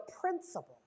principle